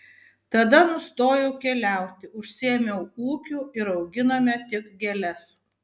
tada nustojau keliauti užsiėmiau ūkiu ir auginome tik gėles